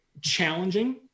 challenging